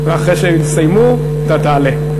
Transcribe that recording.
ואחרי שהם יסיימו אתה תעלה.